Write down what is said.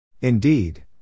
Indeed